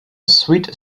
sweet